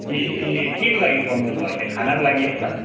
ए केको लागि फोन गर्नुभएको थियो खानाको लागि होला